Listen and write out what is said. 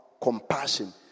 Compassion